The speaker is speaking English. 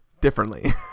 differently